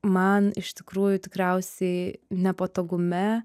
man iš tikrųjų tikriausiai nepatogume